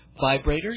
vibrators